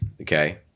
Okay